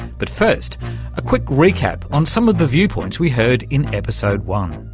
but first a quick recap on some of the viewpoints we heard in episode one